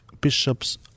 bishops